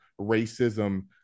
racism